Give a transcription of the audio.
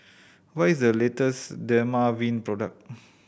what is the latest Dermaveen product